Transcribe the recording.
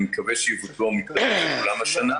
אני מקווה שיבוטלו המקדמות כולם השנה.